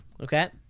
Okay